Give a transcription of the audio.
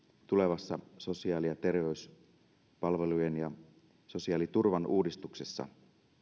tulevassa sosiaali ja terveyspalvelujen ja sosiaaliturvan uudistuksessa